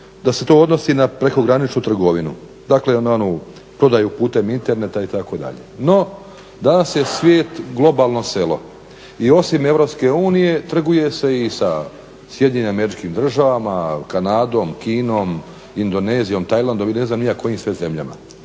da se to odnosi na prekograničnu trgovinu, dakle na onu prodaju putem interneta itd. No danas je svijet globalno selo i osim EU trguje se i sa SAD-om, Kanadom, Kinom, Indonezijom, Tajlandom i ne znam ni ja kojim sve zemljama.